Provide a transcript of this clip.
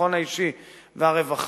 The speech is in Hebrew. הביטחון האישי והרווחה,